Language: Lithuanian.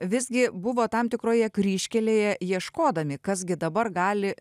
visgi buvo tam tikroje kryžkelėje ieškodami kas gi dabar gali